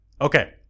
okay